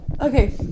Okay